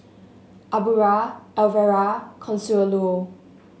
Aubra Alvera Consuelo